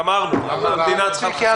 המדינה צריכה לכסות הכול.